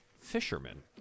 fishermen